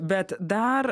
bet dar